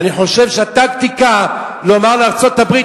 אני חושב שהטקטיקה היא לומר לארצות-הברית: